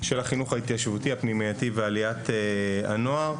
של החינוך ההתיישבותי הפנימייתי ועליית הנוער.